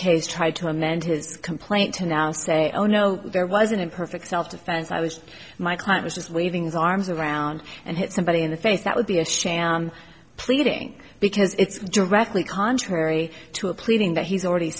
case try to amend his complaint to now say oh no there was an imperfect self defense i was my client was just leaving his arms around and hit somebody in the face that would be a shame pleading because it's directly contrary to a pleading that he's already